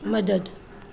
मदद